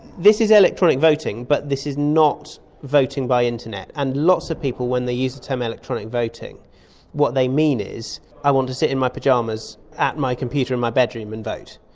this is electronic voting but this is not voting by internet, and lots of people when they use the term electronic voting what they mean is i want to sit in my pyjamas at my computer in my bedroom and vote,